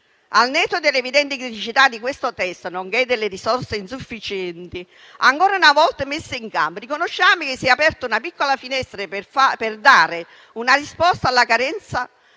Al netto delle evidenti criticità di questo testo, nonché delle risorse insufficienti ancora una volta messe in campo, riconosciamo che si è aperta una piccola finestra per dare una risposta alla carenza